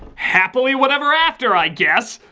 happily whatever after i guess!